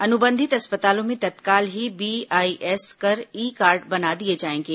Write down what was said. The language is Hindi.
अनुबंधित अस्पतालों में तत्काल ही बीआईएस कर ई कार्ड बना दिए जाएंगे